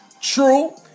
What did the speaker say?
True